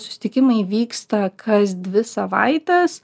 susitikimai vyksta kas dvi savaites